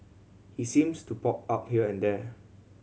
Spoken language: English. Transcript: he seems to pop up here and there